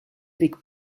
avec